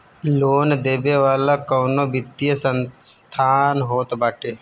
loan देवे वाला कवनो वित्तीय संस्थान होत बाटे